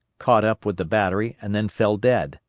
caught up with the battery and then fell dead.